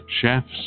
chefs